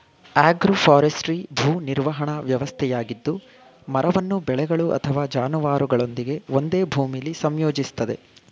agroforestry ಭೂ ನಿರ್ವಹಣಾ ವ್ಯವಸ್ಥೆಯಾಗಿದ್ದು ಮರವನ್ನು ಬೆಳೆಗಳು ಅಥವಾ ಜಾನುವಾರುಗಳೊಂದಿಗೆ ಒಂದೇ ಭೂಮಿಲಿ ಸಂಯೋಜಿಸ್ತದೆ